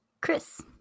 Chris